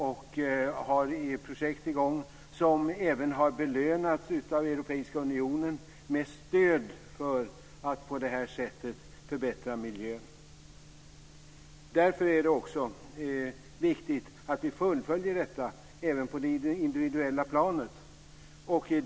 Man har projekt i gång som även har belönats av Europeiska unionen med stöd för att förbättra miljön. Därför är det också viktigt att vi fullföljer det även på det individuella planet.